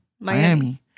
Miami